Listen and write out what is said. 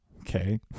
okay